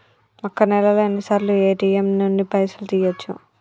ఒక్క నెలలో ఎన్నిసార్లు ఏ.టి.ఎమ్ నుండి పైసలు తీయచ్చు?